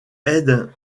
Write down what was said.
aide